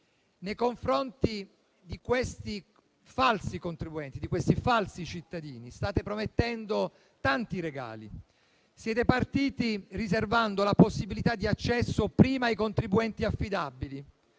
Nei confronti di questi falsi contribuenti, di questi falsi cittadini, state promettendo tanti regali. Siete partiti riservando la possibilità di accesso prima ai contribuenti affidabili,